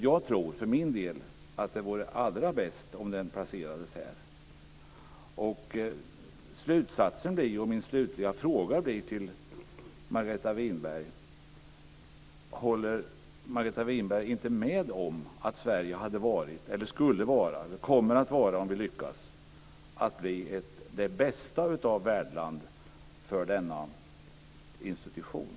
Jag tror för min del att det vore allra bäst om den placerades här. Min slutliga fråga till Margareta Winberg blir: Håller Margareta Winberg inte med om att Sverige skulle vara, och kommer att vara om vi lyckas, det bästa av värdländer för denna institution?